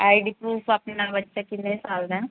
ਆਈ D proof ਆਪਣਾ ਬੱਚਾ ਕਿੰਨੇ ਸਾਲ ਦਾ